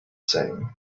same